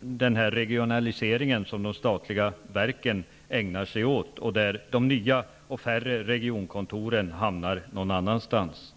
den regionalisering som de statliga verken ägnar sig åt och där de nya och färre regionkontoren hamnar någon annanstans.